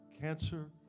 cancer